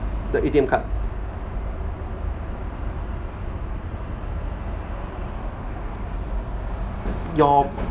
the A_T_M card your